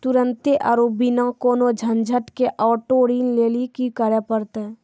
तुरन्ते आरु बिना कोनो झंझट के आटो ऋण लेली कि करै पड़तै?